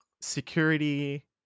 security